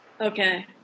Okay